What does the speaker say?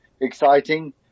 exciting